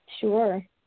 Sure